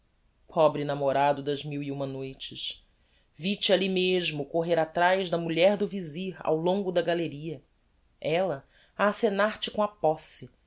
pobre namorado das mil e uma noites vi-te alli mesmo correr atraz da mulher do vizir ao longo da galeria ella a acenar te com a posse